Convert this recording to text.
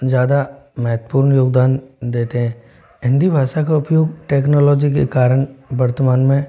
ज़्यादा मेहत्वपूर्ण योगदान देते हैं हिंदी भाषा का उपयोग टेक्नोलॉजी के कारण वर्तमान में